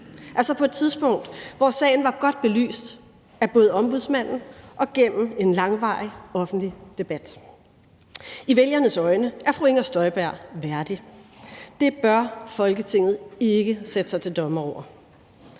altså på et tidspunkt, hvor sagen var godt belyst af både Ombudsmanden og gennem en langvarig offentlig debat. I vælgernes øjne er fru Inger Støjberg værdig. Det bør Folketinget ikke sætte sig til dommer over.